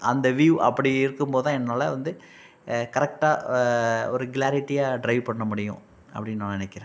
அந்த வியூ அப்படி இருக்கும் போது தான் என்னால் வந்து கரெக்டாக ஒரு க்ளாரிட்டியாக ட்ரைவ் பண்ண முடியும் அப்படின்னு நான் நினைக்கிறேன்